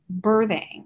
birthing